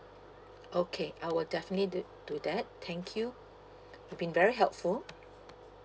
okay I will definitely do do that thank you you've been very helpful